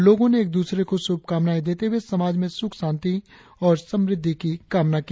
लोगों ने एक दूसरे को शुभकामनाएं देते हुए समाज में सुख शांति और समृद्धि की कामना की